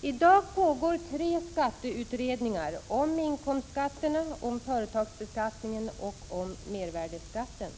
I dag pågår tre skatteutredningar: om inkomstskatterna, om företagsbeskattningen och om mervärdeskatten.